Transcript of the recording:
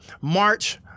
March